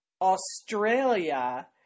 Australia